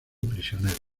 prisioneros